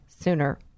sooner